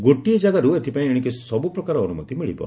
ଗୋଟିଏ ଜାଗାରୁ ଏଥିପାଇଁ ଏଶିକି ସବୁପ୍ରକାର ଅନୁମତି ମିଳିବ